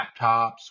laptops